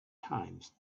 times